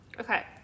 Okay